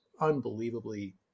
unbelievably